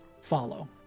follow